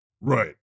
Right